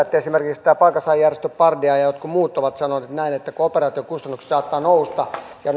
että esimerkiksi tämä palkansaajajärjestö pardia ja ja jotkut muut ovat sanoneet näin että operaation kustannukset saattavat nousta ja